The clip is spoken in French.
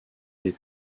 des